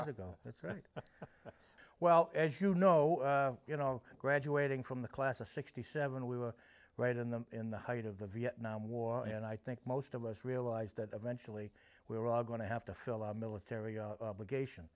ought to go that's right well as you know you know graduating from the class of sixty seven we were right in the in the height of the vietnam war and i think most of us realized that eventually we were going to have to fill our military legation